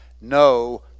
no